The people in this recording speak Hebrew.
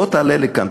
בוא תעלה לכאן,